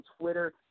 Twitter